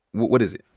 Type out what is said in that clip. what is it?